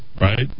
Right